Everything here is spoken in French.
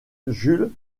jules